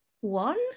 one